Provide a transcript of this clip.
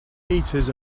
meters